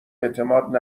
اعتماد